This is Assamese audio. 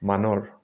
মানৰ